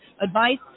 advice